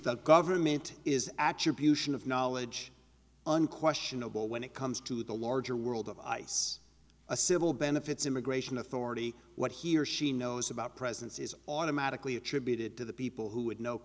that government is actually of knowledge unquestionable when it comes to the larger world of ice a civil benefits immigration authority what he or she knows about presence is automatically attributed to the people who would know